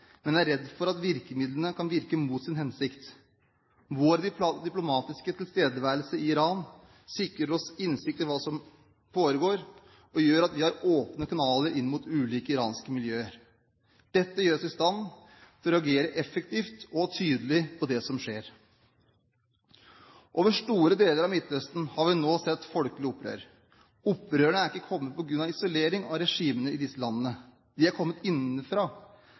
men jeg er redd for at virkemidlene kan virke mot sin hensikt. Vår diplomatiske tilstedeværelse i Iran sikrer oss innsikt i hva som foregår, og gjør at vi har åpne kanaler inn mot ulike iranske miljøer. Dette gjør oss i stand til å reagere effektivt og tydelig på det som skjer. Over store deler av Midtøsten har vi nå sett folkelige opprør. Opprørene er ikke kommet på grunn av isolering av regimene i disse landene. De er kommet innenfra.